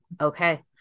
Okay